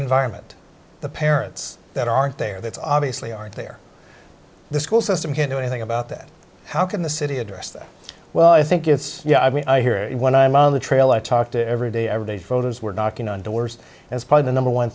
environment the parents that aren't there that's obviously aren't there the school system can't do anything about that how can the city address that well i think it's yeah i mean i hear it when i'm on the trail i talk to every day every day voters were knocking on doors and is probably the number one